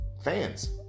fans